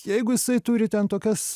jeigu jisai turi ten tokias